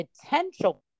potential